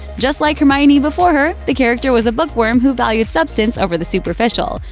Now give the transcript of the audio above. just like hermione before her, the character was a bookworm who valued substance over the superficial,